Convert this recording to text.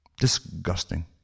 Disgusting